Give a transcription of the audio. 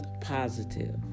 positive